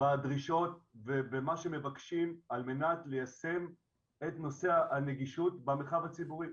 בדרישות ובמה שמבקשים על מנת ליישם את נושא הנגישות במרחב הציבורי.